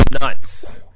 nuts